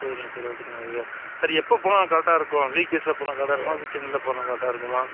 சரிங்க sir okay நல்லது sir sir எப்போ போனா கரெக்டாக இருக்கும் வீக் டேஸில் போனா கரெக்டாக இருக்குமா வீக் எண்டில் போனா கரெக்டாக இருக்குமா